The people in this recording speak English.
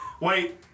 Wait